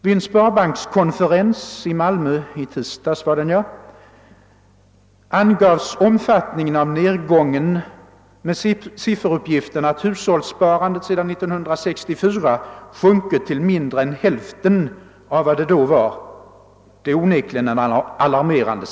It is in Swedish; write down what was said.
Vid en sparbankskonferens i Malmö i tisdags angavs omfattningen av nedgången med uppgiften att hushållssparandet sedan 1964 sjunkit till mindre än hälften av vad det då var. Det är onekligen alarmerande.